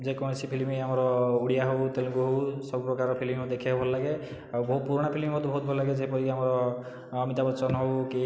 ଯେକୌଣସି ଫିଲ୍ମ ଆମର ଓଡ଼ିଆ ହଉ ତେଲୁଗୁ ହଉ ସବୁପ୍ରକାର ଫିଲ୍ମ ମୋତେ ଦେଖିବାକୁ ଭଲଲାଗେ ଆଉ ବହୁତ ପୁରୁଣା ଫିଲ୍ମ ମୋତେ ବହୁତ ଭଲ ଲାଗେ ଯେପରିକି ଆମର ଅମିତାବଚ୍ଚନ ହଉ କି